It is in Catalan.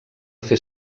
fer